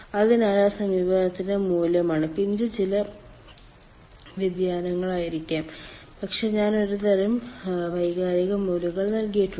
അതിനാൽ അത് സമീപനത്തിന്റെ മൂല്യമാണ് പിഞ്ച് ചില വ്യതിയാനങ്ങളായിരിക്കാം പക്ഷേ ഞാൻ ഒരുതരം വൈകാരിക മൂല്യങ്ങൾ നൽകിയിട്ടുണ്ട്